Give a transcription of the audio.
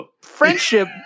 friendship